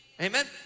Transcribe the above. Amen